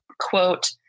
Quote